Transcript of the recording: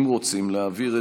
אם רוצים להעביר,